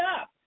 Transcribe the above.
up